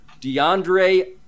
DeAndre